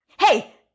Hey